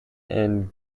and